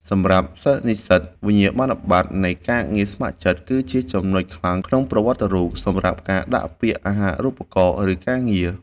សម្រាប់សិស្សនិស្សិត វិញ្ញាបនបត្រនៃការងារស្ម័គ្រចិត្តគឺជាចំណុចខ្លាំងក្នុងប្រវត្តិរូប សម្រាប់ការដាក់ពាក្យអាហាររូបករណ៍ ឬការងារ។